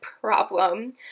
problem